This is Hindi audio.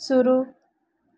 शुरू